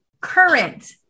Current